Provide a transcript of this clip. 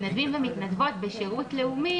העניין הוא שהמתנדבים ומתנדבות בשירות לאומי,